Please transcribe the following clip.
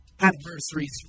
anniversaries